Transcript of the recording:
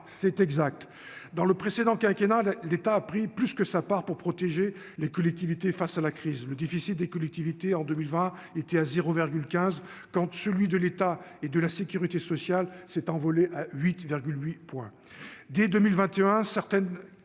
c'est exact dans le précédent quinquennat là l'État a pris plus que sa part pour protéger les collectivités face à la crise, le déficit des collectivités en 2000 vas était à 0 virgule 15 quand celui de l'État et de la sécurité sociale s'est envolé 8 8, dès